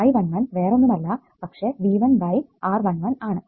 I11 വേറൊന്നുമല്ല പക്ഷെ V1 R11 ആണ്